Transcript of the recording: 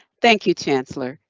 thank you, chancellor.